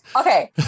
okay